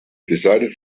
decided